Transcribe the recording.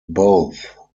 both